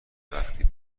وقتی